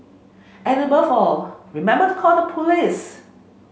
and above all remember to call the police